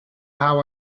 how